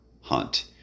hunt